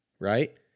right